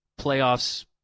playoffs